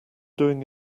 doing